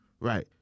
Right